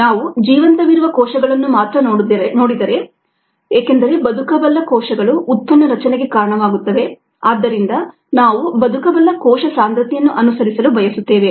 ನಾವು ಜೀವಂತವಿರುವ ಕೋಶಗಳನ್ನು ಮಾತ್ರ ನೋಡಿದರೆ ಏಕೆಂದರೆ ಬದುಕಬಲ್ಲ ಕೋಶಗಳು ಉತ್ಪನ್ನ ರಚನೆಗೆ ಕಾರಣವಾಗುತ್ತವೆ ಆದ್ದರಿಂದ ನಾವು ಬದುಕಬಲ್ಲ ಕೋಶ ಸಾಂದ್ರತೆಯನ್ನು ಅನುಸರಿಸಲು ಬಯಸುತ್ತೇವೆ